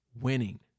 winning